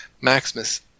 Maximus